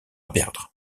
perdre